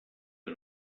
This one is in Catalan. que